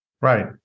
Right